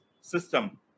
system